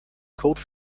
code